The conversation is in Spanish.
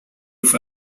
fue